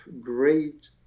great